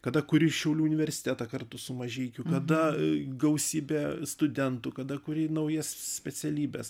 kada kuri šiaulių universitetą kartu su mažeikiu kada gausybė studentų kada kuri naujas specialybes